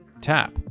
Tap